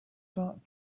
not